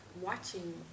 watching